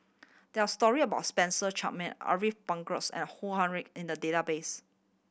there are story about Spencer Chapman Ariff Bongso and Ong Ah Hoi in the database